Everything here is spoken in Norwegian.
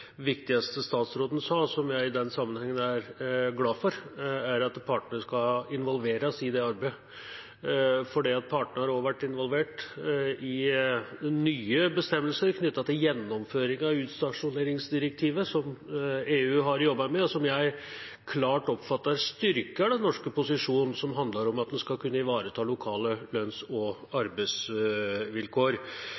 viktigste statsråden sa, som jeg i den sammenhengen er glad for, er at partene skal involveres i det arbeidet. Partene har også vært involvert når det gjelder nye bestemmelser knyttet til gjennomføring av utstasjoneringsdirektivet som EU har jobbet med, og som jeg klart oppfatter styrker den norske posisjonen som handler om at man skal kunne ivareta lokale lønns- og